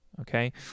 okay